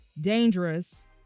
dangerous